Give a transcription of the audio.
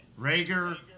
Rager